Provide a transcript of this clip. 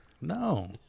No